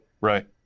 Right